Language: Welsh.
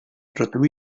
rydw